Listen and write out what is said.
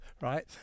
right